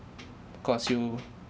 cause you